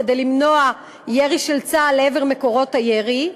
כדי למנוע ירי של צה"ל לעבר מקורות הירי,